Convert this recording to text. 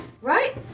right